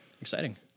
exciting